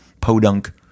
podunk